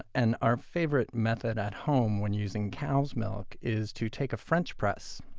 and our favorite method at home when using cow's milk is to take a french press,